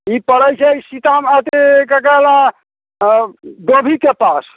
ई पड़ैत छै सीतामढ़ी अथीऽ केकरा लग डोभीके पास